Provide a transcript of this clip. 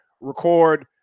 record